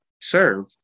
serve